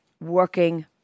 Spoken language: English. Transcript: working